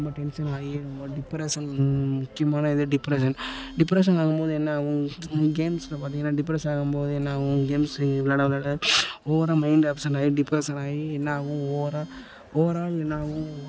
ரொம்ப டென்சன் ஆகி ரொம்ப டிப்ரெஸன் முக்கியமான இது டிப்ரஸென் டிப்ரெஸன் ஆகும் போது என்னாகும் இது கேம்ஸில் பார்த்திங்கன்னா டிப்ரெஸன் ஆகும் போது என்னாகும் கேம்ஸு விளாட விளாட ஓவராக மைண்ட் அப்சண்ட் ஆகி டிப்ரெஸன் ஆகி என்னாகும் ஓவரால் ஓவரால் என்னாகும்